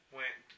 went